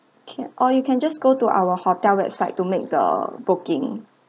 okay or you can just go to our hotel website to make the booking